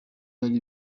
ari